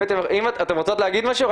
אתן רוצות להגיד משהו?